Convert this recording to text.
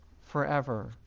forever